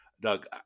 doug